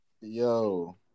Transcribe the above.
Yo